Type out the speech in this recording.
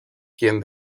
quien